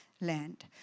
land